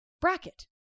bracket